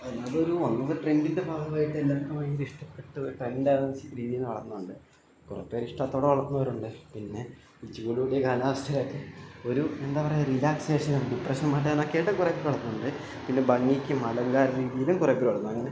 അതൊരു വന്നത് ഒരു ട്രൻറ്റിൻ്റെഭാഗമായിട്ട് എല്ലാവർക്കും ഭയങ്കര ഇഷ്ടപ്പെട്ടൊരു ട്രൻഡാന്ന് വച്ച രീതിയിൽ വളർന്നത് കൊണ്ട് കുറെ പേർ ഇഷ്ടത്തോടെ വളർത്തുന്നവരുണ്ട് പിന്നെ ഉച്ചയോട് കൂടി കാലാവസ്ഥയൊക്കെ ഒരു എന്താ പറയുക റിലാക്സേഷനും ഡിപ്രഷൻ മാറ്റാനൊക്കെയായിട്ട് കുറേപ്പേർ വളർത്തുന്നുണ്ട് പിന്നെ ഭംഗിക്കും അലങ്കാരത്തിനും കൂടി കുറേപ്പേർ വളർത്തുന്നു അങ്ങനെ